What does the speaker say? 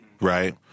right